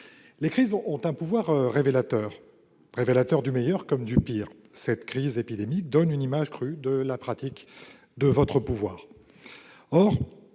Les crises ont un pouvoir révélateur, du meilleur comme du pire. Cette crise épidémique donne une image crue de la pratique de votre pouvoir,